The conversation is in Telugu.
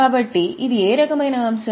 కాబట్టి ఇది ఏ రకమైన అంశం